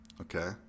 Okay